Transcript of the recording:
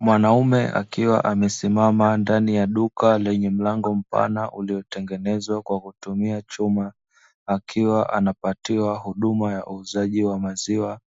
Mwanaume akiwa amesimama ndani ya duka lenye mlango mpana uliotengezwa kwa kutumia chuma, akiwa anapatiwa huduma ya uuzaji wa maziwa